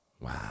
Wow